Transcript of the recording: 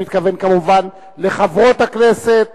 אני מתכוון כמובן לחברות הכנסת